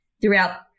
throughout